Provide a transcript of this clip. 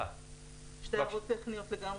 שתי הערות טכניות לגמרי,